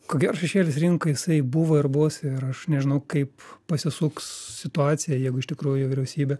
ko gero šešėlis rinkoj jisai buvo ir bus ir aš nežinau kaip pasisuks situacija jeigu iš tikrųjų vyriausybė